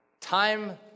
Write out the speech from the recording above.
Time